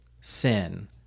sin